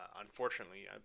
Unfortunately